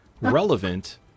relevant